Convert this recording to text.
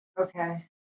Okay